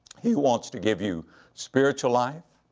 he wants to give you spiritual life,